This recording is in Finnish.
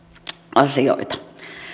asioita